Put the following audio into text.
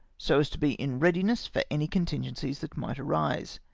so as to be in readiness for any contingencies that might arise.